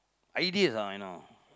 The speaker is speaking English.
ideas ah you know